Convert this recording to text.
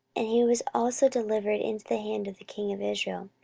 and he was also delivered into the hand of the king of israel,